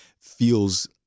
feels